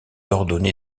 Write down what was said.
ordonné